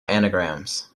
anagrams